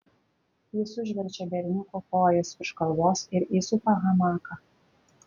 jis užverčia berniuko kojas virš galvos ir įsupa hamaką